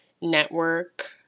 network